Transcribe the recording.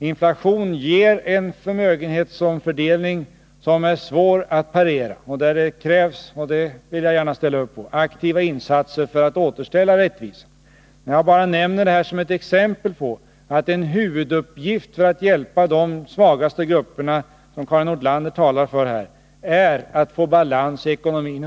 Inflationen ger en förmögenhetsomfördelning som är svår att parera. Det krävs — det vill jag gärna ställa upp på — aktiva insatser för att återställa rättvisan. Jag nämner detta som ett exempel på att en huvuduppgift för att hjälpa de svagaste grupperna, som Karin Nordlander här talar för, är att åstadkomma balans i ekonomin.